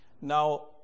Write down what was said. now